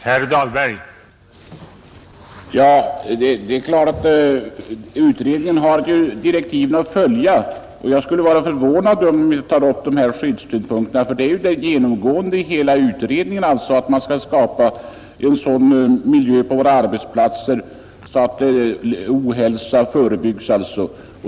Herr talman! Det är klart att utredningen har direktiven att följa. Jag skulle vara förvånad om den ville ta bort dessa skyddssynpuhkter, för genomgående i hela utredningen är ju att man skall skapa en sådan miljö på våra arbetsplatser att ohälsa förebyggs.